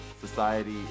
Society